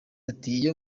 atiiyo